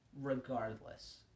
regardless